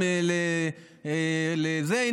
הינה,